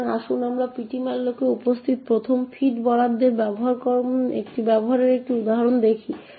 সুতরাং আসুন আমরা ptmalloc এ উপস্থিত প্রথম ফিট বরাদ্দের ব্যবহারের একটি উদাহরণ দেখি